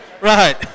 right